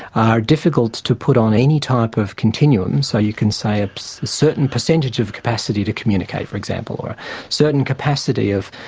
are difficult to put on any type of continuum, so you can say ah a certain percentage of a capacity to communicate, for example. or a certain capacity of